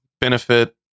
benefit